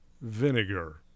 vinegar